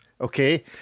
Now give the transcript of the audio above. Okay